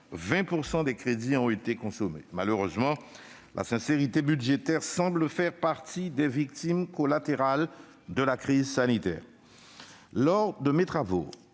20 % d'entre eux ont été consommés. Malheureusement, la sincérité budgétaire semble faire partie des « victimes collatérales » de la crise sanitaire.